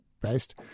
based